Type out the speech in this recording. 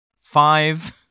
five